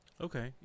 Okay